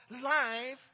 life